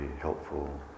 helpful